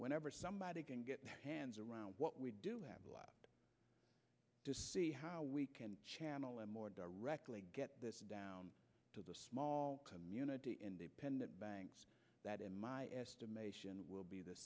whenever somebody can get their hands around what we do have a lot to see how we can channel in more directly get down to the small community independent banks that in my estimation will be the